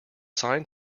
sign